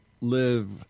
live